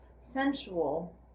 sensual